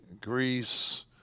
Greece